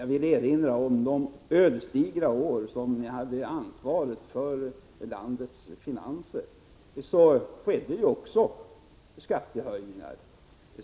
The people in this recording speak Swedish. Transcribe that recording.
Jag vill erinra om de ödesdigra år då ni hade ansvaret för landets finanser — också då skedde skattehöjningar.